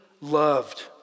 loved